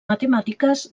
matemàtiques